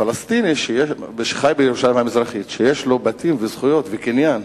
פלסטיני שחי בירושלים המזרחית ויש לו בתים וזכויות וקניין